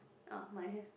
orh might have